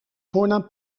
voornaam